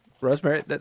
Rosemary